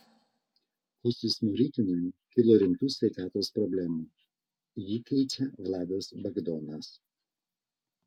kostui smoriginui kilo rimtų sveikatos problemų jį keičia vladas bagdonas